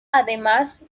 además